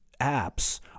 apps